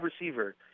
receiver